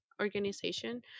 organization